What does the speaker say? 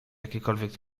jakiekolwiek